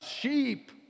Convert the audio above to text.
sheep